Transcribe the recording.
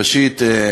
ראשית,